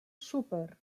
súper